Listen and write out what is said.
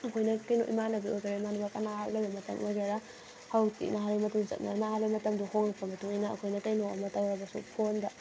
ꯑꯩꯈꯣꯏꯅ ꯀꯩꯅꯣ ꯏꯃꯥꯟꯅꯕꯤ ꯑꯣꯏꯒꯦꯔꯥ ꯏꯃꯥꯟꯅꯕ ꯀꯅꯥ ꯎꯟꯅꯕ ꯃꯇꯝ ꯑꯣꯏꯒꯦꯔꯥ ꯍꯧꯖꯤꯛꯇꯤ ꯅꯍꯥꯟꯋꯥꯏ ꯃꯇꯝꯗꯣ ꯅꯍꯥꯟꯋꯥꯏ ꯃꯇꯝꯗꯣ ꯍꯣꯡꯉꯛꯄꯩ ꯃꯇꯨꯡ ꯏꯟꯅ ꯑꯩꯈꯣꯏꯅ ꯀꯩꯅꯣꯝꯃ ꯇꯧꯔꯕꯁꯨ ꯐꯣꯟꯗ